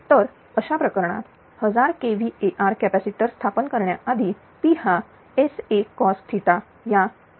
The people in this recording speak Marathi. तर अशा प्रकरणात 1000 k VAr कॅपॅसिटर स्थापन करण्याआधी P हा S1 cos या 7800kVA0